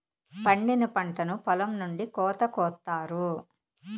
పండిన పంటను పొలం నుండి కోత కొత్తారు